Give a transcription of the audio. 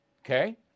Okay